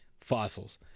fossils